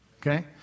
okay